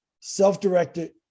self-directed